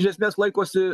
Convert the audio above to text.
iš esmės laikosi